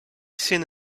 seen